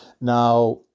now